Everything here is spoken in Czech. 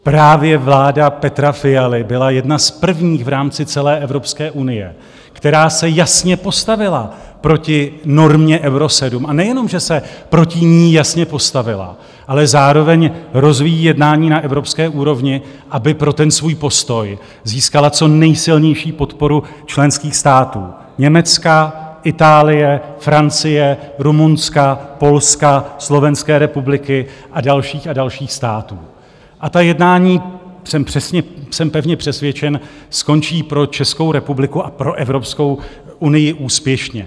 Právě vláda Petra Fialy byla jedna z prvních v rámci celé Evropské unie, která se jasně postavila proti normě Euro 7, a nejenom že se proti ní jasně postavila, ale zároveň rozvíjí jednání na evropské úrovni, aby pro svůj postoj získala co nejsilnější podporu členských států Německa, Itálie, Francie, Rumunska, Polska, Slovenské republiky a dalších a dalších států a ta jednání, jsem pevně přesvědčen, skončí pro Českou republiku a pro Evropskou unii úspěšně.